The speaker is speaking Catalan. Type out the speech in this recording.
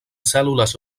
cèl·lules